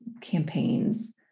campaigns